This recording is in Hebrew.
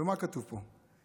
ומה כתוב פה?